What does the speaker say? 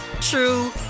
true